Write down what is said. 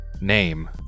name